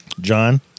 John